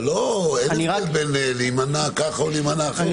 אין הבדל בין להימנע כך או להימנע אחרת.